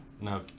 No